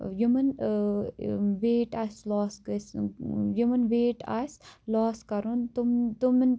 یِمَن ویٹ آسہِ لوس گژھِ یِمن ویٹ آسہِ لوس کَرُن تِم تِمن